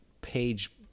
page